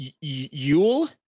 Yule